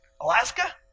Alaska